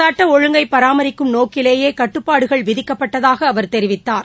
சட்ட ஒழுங்கை பராமரிக்கும் நோக்கிலேயே கட்டுப்பாடுகள் விதிக்கப்பட்டதாக அவர் தெரிவித்தார்